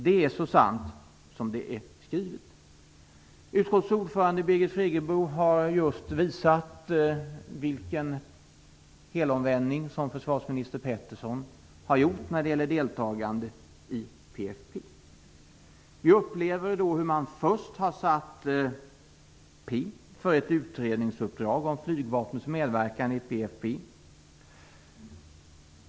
Det är så sant som det är skrivet. Utskottets ordförande Birgit Friggebo har just visat vilken helomvändning som försvarsminister Peterson har gjort när det gäller deltagande i PFF. Vi har då upplevt hur man först har satt P för ett utredningsuppdrag om flygvapnets medverkan i PFF.